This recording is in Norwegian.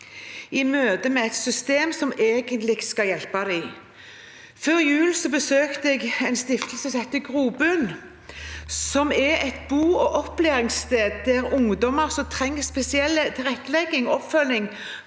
i møte med et system som egentlig skal hjelpe dem. Før jul besøkte jeg en stiftelse som heter Grobunn, som er et bo og opplæringssted for ungdommer som trenger spesiell tilrettelegging og oppfølging